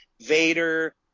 Vader